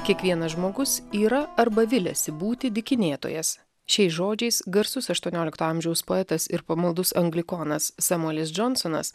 kiekvienas žmogus yra arba viliasi būti dykinėtojas šiais žodžiais garsus aštuoniolikto amžiaus poetas ir pamaldus anglikonas samuelis džonsonas